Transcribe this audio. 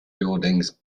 buildings